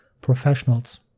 professionals